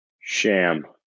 Sham